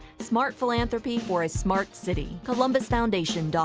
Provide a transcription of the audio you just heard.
smart philanthropy for a smart city. columbusfoundation and